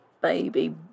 baby